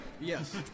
Yes